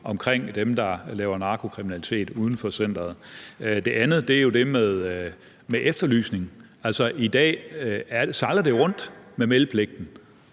med dem, der laver narkokriminalitet uden for centeret. Det andet er jo det med efterlysning. I dag sejler det jo med meldepligten.